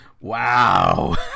Wow